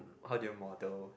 how do you model